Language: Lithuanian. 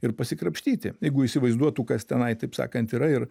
ir pasikrapštyti jeigu įsivaizduotų kas tenai taip sakant yra ir